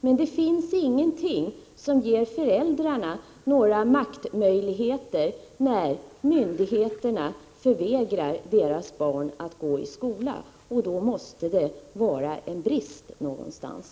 Men det finns inget som ger föräldrarna några maktmöjligheter när myndigheterna förvägrar deras barn att gå i skola. Då måste det vara fel någonstans.